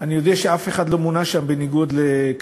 אני יודע שאף אחד לא מונה שם בניגוד לכללים,